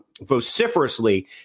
vociferously